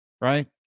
Right